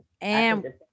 And-